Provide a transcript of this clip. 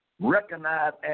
recognized